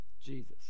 Jesus